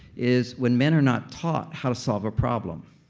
is when men are not taught how to solve a problem.